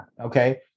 Okay